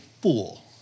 fool